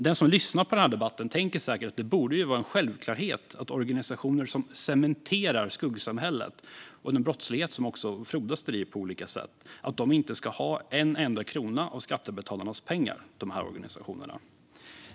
Den som lyssnar på denna debatt tänker säkert att det borde vara en självklarhet att organisationer som cementerar skuggsamhället och den brottslighet som frodas där på olika sätt inte ska ha en enda krona av skattebetalarnas pengar.